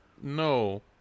No